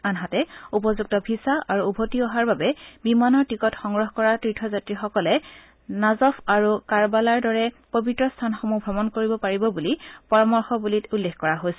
আনহাতে উপযুক্ত ভিছা আৰু উভতি অহাৰ বাবে বিমানৰ টিকট সংগ্ৰহ কৰা তীৰ্থযাত্ৰীসকলে নাজফ আৰু কাৰবালাৰ দৰে পবিত্ৰ স্থানসমূহ ভ্ৰমন কৰিব পাৰিব বুলি পৰামৰ্শৱলীত উল্লেখ কৰা হৈছে